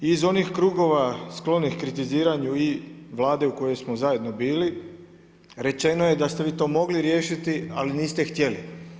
Iz onih krugova sklonih kritiziranju i Vlade u kojoj smo zajedno bili rečeno je da ste vi to mogli riješiti, ali niste htjeli.